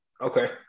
Okay